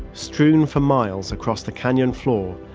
strewn for miles across the canyon floor,